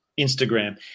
Instagram